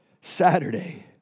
Saturday